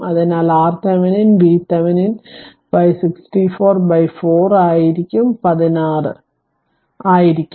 അതിനാൽ RThevenin VThevenin 64 4 ആയിരിക്കും പതിനാറ് ആയിരിക്കും